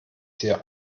sehe